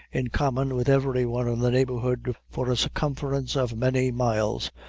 in common with every one in the neighborhood for a circumference of many miles,